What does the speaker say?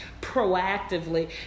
proactively